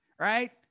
right